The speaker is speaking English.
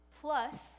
plus